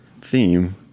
theme